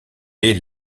est